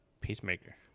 Peacemaker